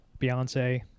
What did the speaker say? Beyonce